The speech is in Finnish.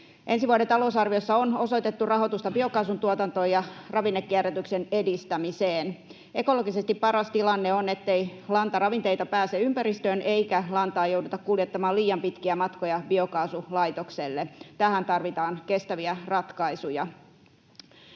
Ensi vuoden talousarviossa on osoitettu rahoitusta biokaasun tuotantoon ja ravinnekierrätyksen edistämiseen. Ekologisesti paras tilanne on, ettei lantaravinteita pääse ympäristöön eikä lantaa jouduta kuljettamaan liian pitkiä matkoja biokaasulaitokselle. Tähän tarvitaan kestäviä ratkaisuja.